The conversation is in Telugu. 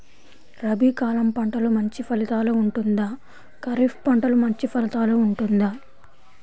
రబీ కాలం పంటలు మంచి ఫలితాలు ఉంటుందా? ఖరీఫ్ పంటలు మంచి ఫలితాలు ఉంటుందా?